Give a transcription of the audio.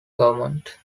government